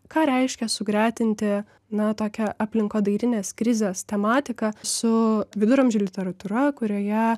ką reiškia sugretinti na tokią aplinkodairinės krizės tematiką su viduramžių literatūra kurioje